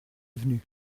revenue